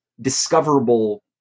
discoverable